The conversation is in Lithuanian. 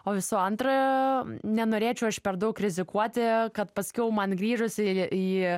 o visų antra nenorėčiau aš per daug rizikuoti kad paskiau man grįžus į į